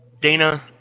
Dana